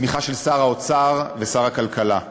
בתמיכה של שר האוצר ושר הכלכלה.